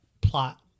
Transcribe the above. plot